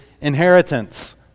inheritance